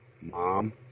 mom